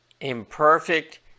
imperfect